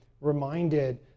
reminded